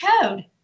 Code